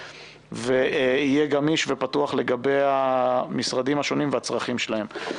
ויהיה גמיש ופתוח לגבי המשרדים השונים והצרכים שלהם.